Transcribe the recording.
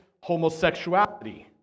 homosexuality